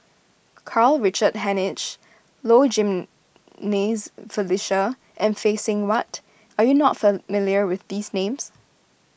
Karl Richard Hanitsch Low Jimenez Felicia and Phay Seng Whatt are you not familiar with these names